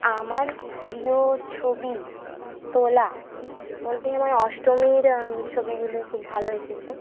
আমার প্রিয় ছবি তোলা মধ্যে আমার অষ্টমীর ছবিগুলো খুব ভালো এসেছে